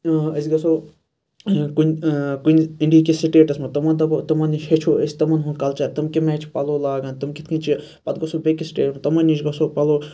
أسۍ گَژھو کُنہِ کُنہِ اِنڈِہِکِس سِٹیٹَس مَنٛز تِمَن دَپو تِمَن نِش ہیٚچھو أسۍ تِمَن ہُنٛد کَلچَر تِم کمہِ آیہِ چھِ پَلَو لاگان تِم کِتھ کنۍ چھِ پَتہٕ گَژھو بیٚکِس سٹیٹ مَنٛز تِمَن نِش گَژھو پَلو